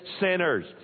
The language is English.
sinners